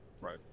Right